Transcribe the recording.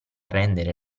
rendere